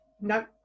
No